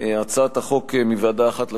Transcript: הצעת החוק מוועדה אחת לשנייה,